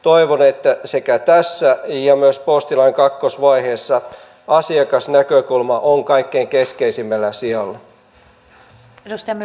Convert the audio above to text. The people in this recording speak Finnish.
toivon että sekä tässä että myös postilain kakkosvaiheessa asiakasnäkökulma on kaikkein keskeisimmällä sijalla